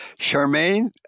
Charmaine